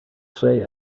say